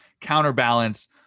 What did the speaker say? counterbalance